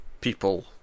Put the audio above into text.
people